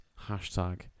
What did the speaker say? Hashtag